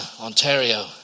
Ontario